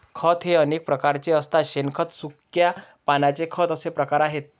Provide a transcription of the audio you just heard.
खत हे अनेक प्रकारचे असते शेणखत, सुक्या पानांचे खत असे प्रकार आहेत